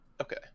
Okay